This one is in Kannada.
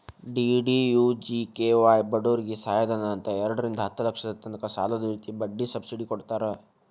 ಡಿ.ಡಿ.ಯು.ಜಿ.ಕೆ.ವಾಯ್ ಬಡೂರಿಗೆ ಸಹಾಯಧನ ಅಂತ್ ಎರಡರಿಂದಾ ಹತ್ತ್ ಲಕ್ಷದ ತನಕ ಸಾಲದ್ ಜೊತಿ ಬಡ್ಡಿ ಸಬ್ಸಿಡಿ ಕೊಡ್ತಾರ್